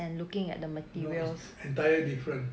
no entire different